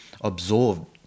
absorbed